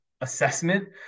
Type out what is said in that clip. assessment